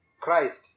Christ